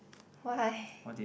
why